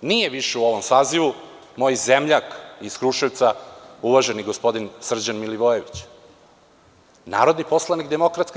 nije više u ovom sazivu, moj zemljak iz Kruševca, uvaženi gospodin Srđan Milivojević, narodni poslanik DS.